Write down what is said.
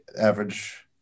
average